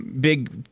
Big